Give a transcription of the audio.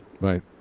Right